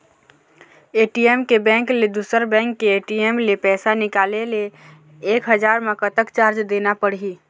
ATM के bank ले दुसर बैंक के ए.टी.एम ले पैसा निकाले ले एक हजार मा कतक चार्ज देना पड़ही?